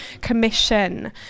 Commission